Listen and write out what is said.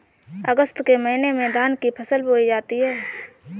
अगस्त के महीने में धान की फसल बोई जाती हैं